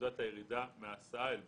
מנקודת הירידה מהסעה אל ביתו.